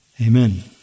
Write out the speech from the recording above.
Amen